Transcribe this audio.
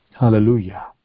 Hallelujah